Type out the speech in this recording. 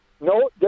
No